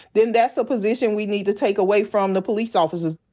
then that's a position we need to take away from the police officers.